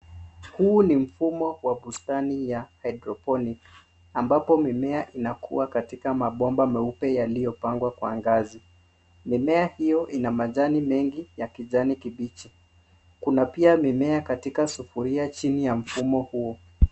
Huu ni mfumo wa bustani ya haidroponiki ambapo mimea inakua katika mabomba meupe yaliyopangwa kwa ngazi. Mimea hiyo ina majani mengi ya kijani kibichi kuna pia mimea katika sufuria chini ya mfumo huo.